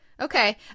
Okay